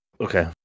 Okay